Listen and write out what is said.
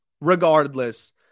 Regardless